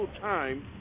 time